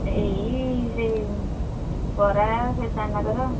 ଏଇ ସେଇ ବରା ସେ ଦାନାଦାର